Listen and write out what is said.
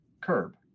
curb